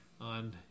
on